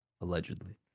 Allegedly